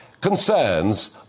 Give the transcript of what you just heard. concerns